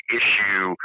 issue